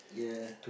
yeah